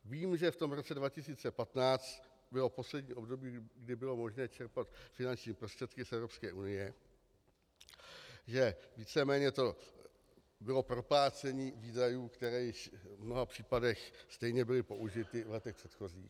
Vím, že v tom roce 2015 bylo poslední období, kdy bylo možné čerpat finanční prostředky z Evropské unie, že víceméně to bylo proplácení výdajů, které již v mnoha případech stejně byly použity v letech předchozích.